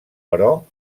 però